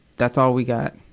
that's all we got.